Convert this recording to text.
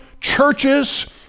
churches